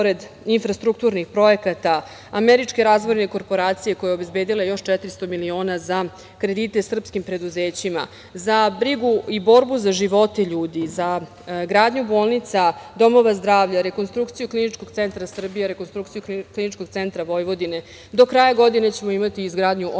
pored infrastrukturnih projekata, Američke razvojne korporacije koja je obezbedila još 400 miliona za kredite srpskim preduzećima, za brigu i borbu za živote ljude, za gradnju bolnica, domova zdravlja, rekonstrukcija Kliničkog centra Srbije, rekonstrukciju Kliničkog centra Vojvodine, do kraja godine ćemo imati i izgradnju osam